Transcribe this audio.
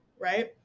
right